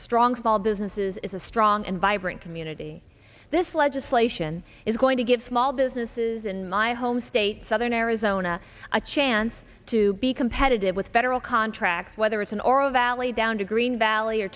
strong small businesses is a strong and vibrant community this legislation is going to give small businesses in my home state southern arizona a chance to be competitive with federal contracts whether it's in or a valley down to green valley or